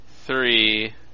Three